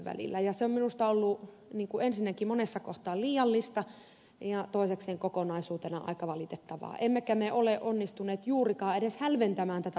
se on minusta ollut ensinnäkin monessa kohtaa liiallista ja toisekseen kokonaisuutena aika valitettavaa emmekä me ole onnistuneet juurikaan edes hälventämään tätä vastakkainasettelua tämän käsittelyn aikana